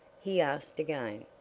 he asked again.